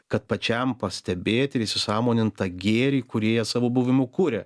kad pačiam pastebėt ir įsisąmonint tą gėrį kurį jie savo buvimu kuria